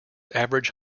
average